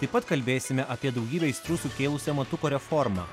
taip pat kalbėsime apie daugybę aistrų sukėlusią matuko reformą